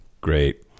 Great